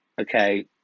okay